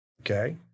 okay